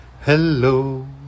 Hello